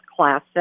Classic